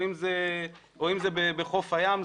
או אם זה בחוף הים,